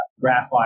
Graphite